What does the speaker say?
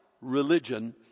religion